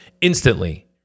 Instantly